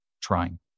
trying